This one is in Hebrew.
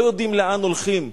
לא יודעים לאן הולכים,